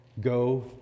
go